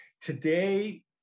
Today